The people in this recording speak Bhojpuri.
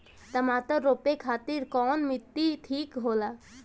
टमाटर रोपे खातीर कउन माटी ठीक होला?